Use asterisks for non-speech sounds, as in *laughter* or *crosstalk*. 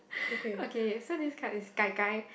*breath* okay so this card is Gai Gai